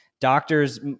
doctors